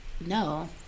No